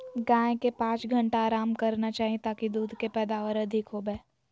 गाय के पांच घंटा आराम करना चाही ताकि दूध के पैदावार अधिक होबय